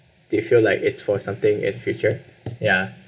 do you feel like it's for something in future ya